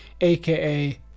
aka